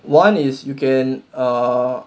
one is you can err